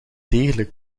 degelijk